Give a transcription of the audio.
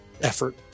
effort